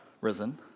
risen